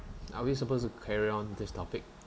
are we supposed to carry on this topic